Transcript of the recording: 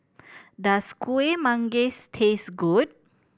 does Kuih Manggis taste good